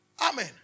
Amen